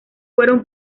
fueron